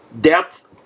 depth